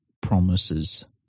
promises